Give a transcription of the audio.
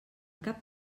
cap